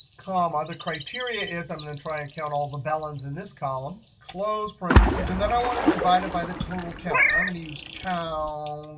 comma, um ah the criteria is i'm going to and try and count all the bellens in this column. close parentheses, and then i want to divide it by the total count. i'm going to use counta.